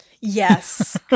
Yes